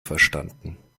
verstanden